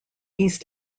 east